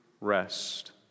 rest